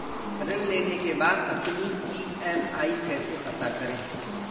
ऋण लेने के बाद अपनी ई.एम.आई कैसे पता करें?